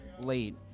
late